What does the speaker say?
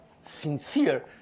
sincere